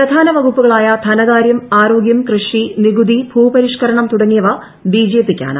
പ്രധാന വകുപ്പുകളായ ധനകാര്യം ആരോഗ്യം കൃഷി നികുതി ഭൂപരിഷ്കരണം തുടങ്ങിയവ ബിജെപിക്കാണ്